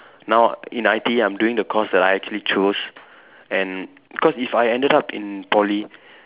now in I_T_E I'm doing the course that I actually chose and cause if I ended up in Poly